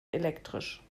elektrisch